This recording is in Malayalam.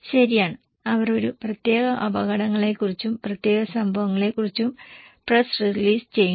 ശരിയാണ് അവർ ഒരു പ്രത്യേക അപകടങ്ങളെ കുറിച്ചും പ്രത്യേക സംഭവങ്ങളെ കുറിച്ചും പ്രസ് റിലീസ് ചെയ്യുന്നു